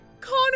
Connor